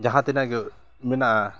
ᱡᱟᱦᱟᱸ ᱛᱤᱱᱟᱹᱜᱼᱜᱮ ᱢᱮᱱᱟᱜᱼᱟ